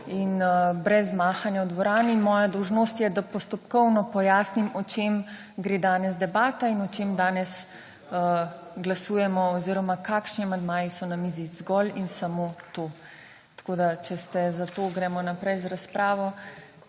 In brez mahanja v dvorani. In moja dolžnost je, da postopkovno pojasnim, o čem gre danes debata in o čem danes glasujemo oziroma kakšni amandmaji so na mizi. Zgolj in samo to. Tako da, če ste za to, gremo naprej z razpravo.